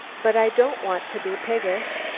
but i don't want to be piggish.